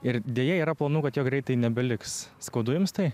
ir deja yra planų kad jo greitai nebeliks skaudu jums tai